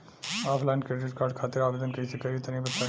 Offline credit card खातिर आवेदन कइसे करि तनि बताई?